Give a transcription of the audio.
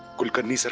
kulkarni so